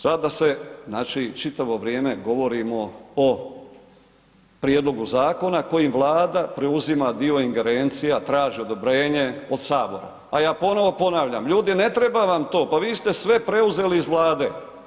Sada se znači čitavo vrijeme govorimo o prijedlogu zakona koji Vlada preuzima dio ingerencija traži odobrenje od sabora, a ja ponovo ponavljam ljudi ne treba vam to pa vi ste sve preuzeli iz vlade.